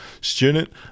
student